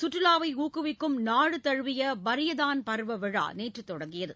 சுற்றுலாவை ஊக்குவிக்கும் நாடு தழுவிய பாயதான் பா்வ விழா நேற்று தொடங்கியது